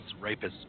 rapists